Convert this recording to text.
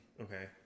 okay